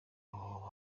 www